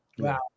Wow